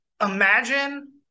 imagine